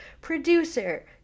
producer